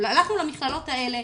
הלכנו למכללות האלה,